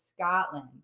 scotland